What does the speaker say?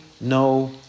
no